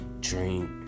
drink